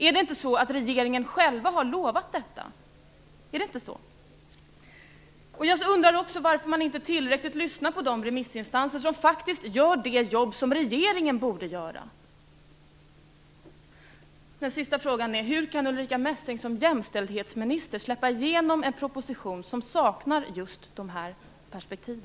Är det inte så att regeringen själv har lovat detta? Jag undrar också varför man inte tillräckligt lyssnat på de remissinstanser som faktiskt gör det jobb som regeringen borde göra. Den sista frågan är: Hur kan Ulrica Messing som jämställdhetsminister släppa igenom en proposition som saknar just dessa perspektiv?